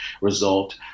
result